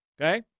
Okay